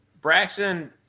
Braxton